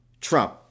Trump